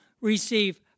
Receive